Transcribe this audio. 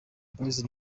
boys